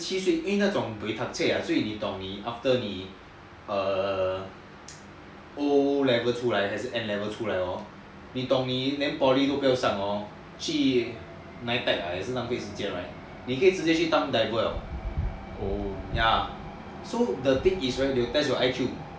十七岁 cause 他们那种 buey tak chek ah 所以你懂 after O level or N level 出来你懂你连 poly 都不要上 hor 去 NITEC hor 也是浪费时间 right 你可以直接去当 diver liao so the thing is they will test your I_Q